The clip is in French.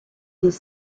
des